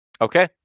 Okay